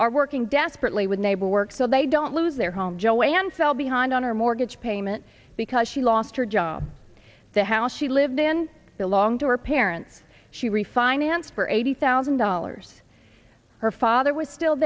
are working desperately with neighbor works so they don't lose their home joanne fell behind on her mortgage payment because she lost her job the house she lived in belonged to her parents she refinanced for eighty thousand dollars her father was still